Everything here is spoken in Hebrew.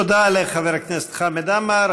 תודה לחבר הכנסת חמד עמאר.